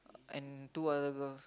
and two other girls